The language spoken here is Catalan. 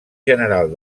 general